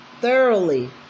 thoroughly